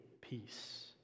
peace